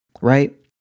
right